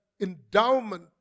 endowment